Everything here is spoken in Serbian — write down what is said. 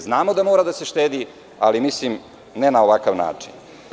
Znamo da mora da se štedi, ali ne na ovakav način.